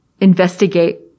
investigate